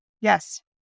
Yes